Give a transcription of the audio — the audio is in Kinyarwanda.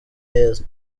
heza